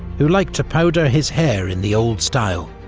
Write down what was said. who liked to powder his hair in the old style.